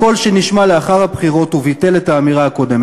הקול שנשמע לאחר הבחירות וביטל את האמירה הקודמת?